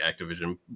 Activision